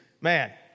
man